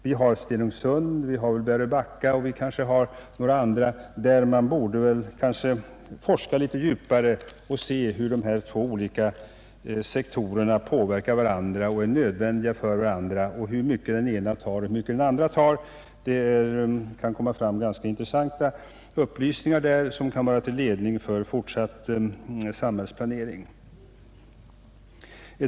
Men t.ex. när det gäller Stenungsund och Väröbacka borde man något närmare studera hur dessa båda sektorer påverkar och behöver varandra. Upplysningar angående detta kunde vara till ledning för fortsatt samhällsplanering.